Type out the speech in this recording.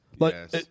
yes